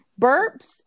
Burps